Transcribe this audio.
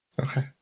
Okay